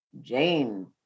Jane